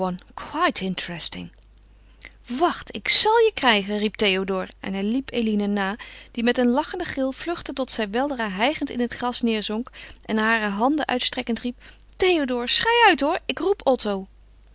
wacht ik zal je krijgen riep théodore en hij liep eline na die met een lachenden gil vluchtte tot zij weldra hijgend in het gras neêrzonk en hare handen uitstrekkend riep théodore schei uit hoor ik roep otto